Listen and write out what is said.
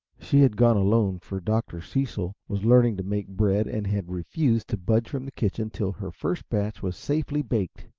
she had gone alone, for dr. cecil was learning to make bread, and had refused to budge from the kitchen till her first batch was safely baked.